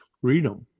freedom